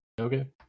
okay